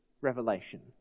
revelation